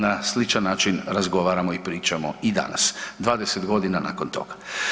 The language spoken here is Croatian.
Na sličan način razgovaramo i pričamo i danas 20 godina nakon toga.